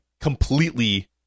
completely